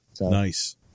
Nice